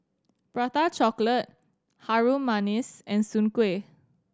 Prata Chocolate Harum Manis and Soon Kuih